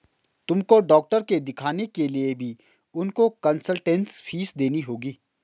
तुमको डॉक्टर के दिखाने के लिए भी उनको कंसलटेन्स फीस देनी होगी